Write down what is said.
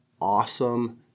awesome